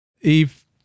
Eve